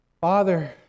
Father